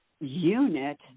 unit